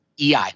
EI